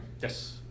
Yes